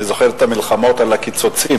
אני זוכר את המלחמות על הקיצוצים,